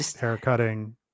haircutting